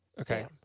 Okay